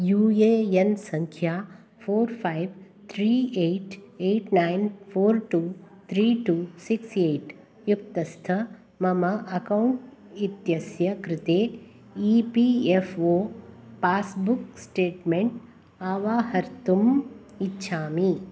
you A N सङ्ख्या four five three eight eight nine four two three two six eight युक्तस्य मम account इत्यस्य कृते E P F O passbook statement अवाहर्तुम् इच्छामि